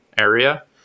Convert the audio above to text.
area